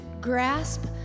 grasp